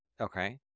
Okay